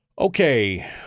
Okay